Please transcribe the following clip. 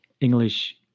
English